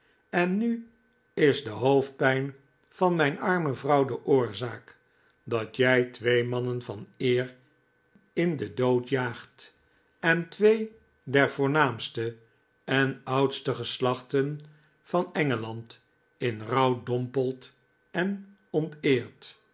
en nu is de hoofdpijn van mijn arme vrouw de oorzaak dat jij twee mannen van eer in den dood jaagt en twee der voornaamste en oudste geslachten van engeland in rouw dompelt en